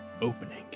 opening